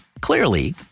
Clearly